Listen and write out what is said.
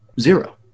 Zero